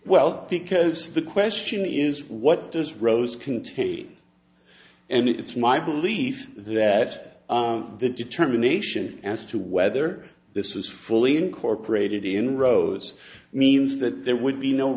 well because the question is what does rows contain and it's my belief that the determination as to whether this was fully incorporated in rows means that there would be no